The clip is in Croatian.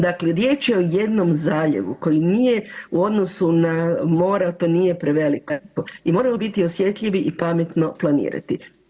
Dakle, riječ je o jednom zaljevu koji nije u odnosu na mora to nije prevelik … [[ne razumije se]] i moramo biti osjetljivi i pametno planirati.